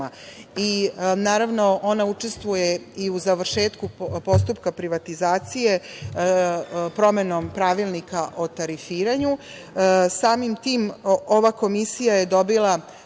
Naravno, ona učestvuje i u završetku postupka privatizacije promenom Pravilnika o tarifiranju. Samim tim ova Komisija je dobila,